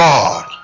God